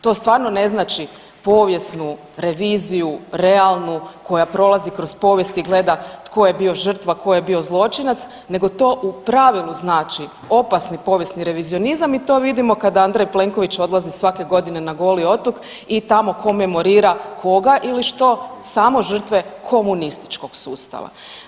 To stvarno ne znači povijesnu reviziju, realnu, koja prolazi kroz povijest i gleda tko je bio žrtva, tko je bio zločinac, nego to u pravilu znači opasni povijesni revizionizam i to vidimo kada Andrej Plenković odlazi svake godine na Goli otok i tamo komemorira, koga ili što, samo žrtve komunističkog sustava.